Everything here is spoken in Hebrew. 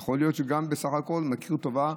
יכול להיות שגם בסך הכול הוא מכיר טובה,